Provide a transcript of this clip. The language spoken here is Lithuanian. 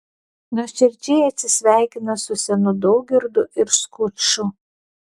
nuoširdžiai atsisveikina su senu daugirdu ir skuču